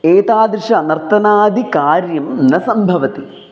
एतादृशं नर्तनादिकार्यं न सम्भवति